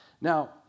Now